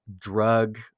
drug